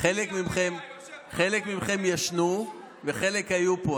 חלק ממכם ישנו וחלק היו פה,